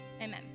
Amen